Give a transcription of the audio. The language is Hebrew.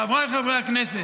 חבריי חברי הכנסת,